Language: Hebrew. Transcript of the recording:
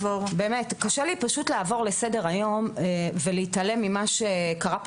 קשה לי פשוט לעבור לסדר היום ולהתעלם ממה שקרה פה